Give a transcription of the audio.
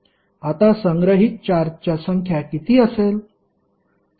आता संग्रहित चार्जच्या संख्या किती असेल